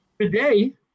Today